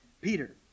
Peter